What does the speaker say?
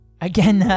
Again